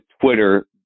Twitter